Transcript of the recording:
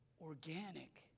organic